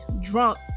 drunk